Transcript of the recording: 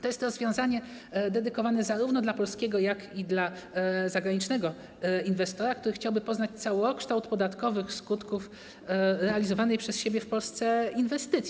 To jest rozwiązanie dedykowane zarówno polskiemu, jak i zagranicznemu inwestorowi, który chciałby poznać całokształt podatkowych skutków realizowanej przez siebie w Polsce inwestycji.